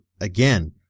again